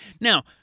Now